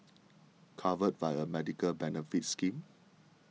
covered by a medical benefits scheme